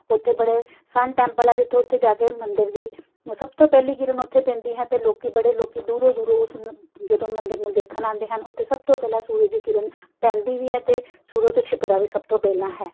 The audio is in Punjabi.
ਉੱਥੇ ਬੜੇ ਸਨ ਟੈਂਪਲ ਹੈ ਜਿੱਥੇ ਉੱਥੇ ਜਾ ਕੇ ਮੰਦਰ ਦੀ ਸਭ ਤੋਂ ਪਹਿਲੀ ਕਿਰਨ ਉੱਥੇ ਪੈਂਦੀ ਹੈ ਅਤੇ ਲੋਕ ਬੜੇ ਲੋਕੀ ਦੂਰੋਂ ਦੂਰੋਂ ਉਸ ਨੂੰ ਜਦੋਂ ਮੰਦਰ ਨੂੰ ਦੇਖਣ ਆਉਂਦੇ ਹਨ ਉੱਥੇ ਸਭ ਤੋਂ ਪਹਿਲਾਂ ਸੂਰਜ ਦੀ ਕਿਰਨ ਪੈਂਦੀ ਵੀ ਹੈ ਅਤੇ ਸੂਰਜ ਤੋਂ ਛਿਪਦਾ ਵੀ ਸਭ ਤੋਂ ਪਹਿਲਾਂ ਹੈ